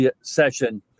session